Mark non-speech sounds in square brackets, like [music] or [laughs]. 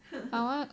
[laughs]